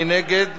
מי נגד?